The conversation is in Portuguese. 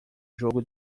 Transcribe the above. jogo